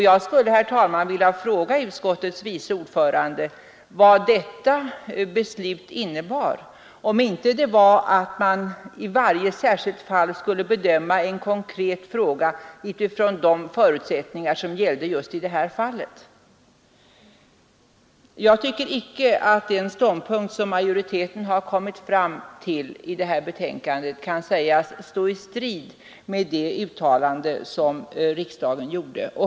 Jag skulle, herr talman, vilja fråga utskottets vice ordförande: Vad innebär detta beslut, om inte att man i varje särskilt fall skulle bedöma en konkret fråga utifrån de förutsättningar som gäller just i det fallet? Jag tycker icke att den ståndpunkt som majoriteten kommit fram till i detta betänkande kan sägas stå i strid med det uttalande som riksdagen gjorde.